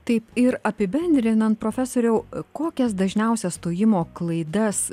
taip ir apibendrinant profesoriau kokias dažniausias stojimo klaidas